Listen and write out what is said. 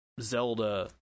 Zelda